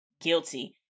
guilty